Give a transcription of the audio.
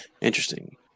interesting